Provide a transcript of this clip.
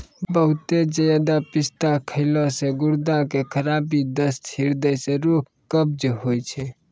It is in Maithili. बहुते ज्यादा पिस्ता खैला से गुर्दा के खराबी, दस्त, हृदय रोग, कब्ज होय छै